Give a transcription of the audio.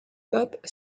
pop